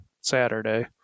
Saturday